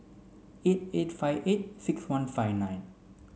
eight eight five eight six one five nine